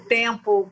tempo